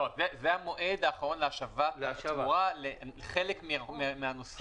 זה המועד האחרון להשבת התמורה לחלק מהנוסעים.